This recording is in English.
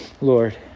lord